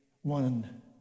one